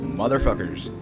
motherfuckers